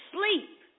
sleep